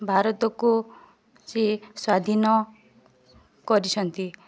ଭାରତକୁ ସିଏ ସ୍ଵାଧୀନ କରିଛନ୍ତି